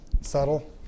Subtle